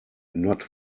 not